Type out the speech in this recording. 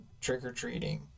trick-or-treating